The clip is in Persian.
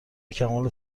کمال